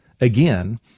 again